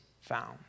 found